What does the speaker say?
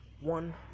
one